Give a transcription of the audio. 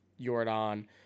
Jordan